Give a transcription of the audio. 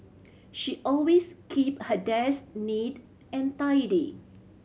she always keep her desk neat and tidy